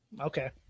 Okay